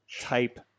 type